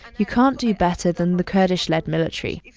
you can't do better than the kurdish-led military.